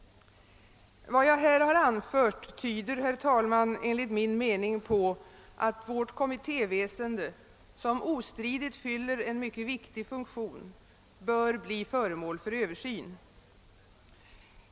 Vad jag här anfört tyder, herr talman, enligt min mening på att vårt kommittéväsende, som ostridigt fyller en mycket viktig funktion, bör bli föremål för översyn.